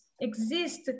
exist